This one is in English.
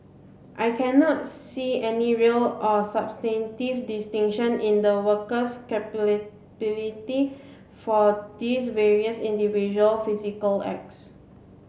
I cannot see any real or substantive distinction in the worker's for these various individual physical acts